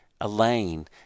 Elaine